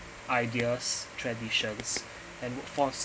ideas traditions and workforce